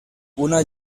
una